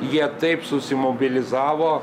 jie taip susimobilizavo